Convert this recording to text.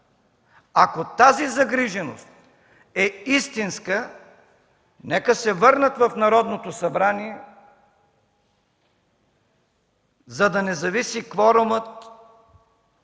ако тази загриженост е истинска, нека се върнат в Народното събрание, за да не зависи кворумът